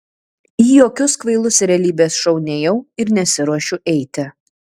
į jokius kvailus realybės šou nėjau ir nesiruošiu eiti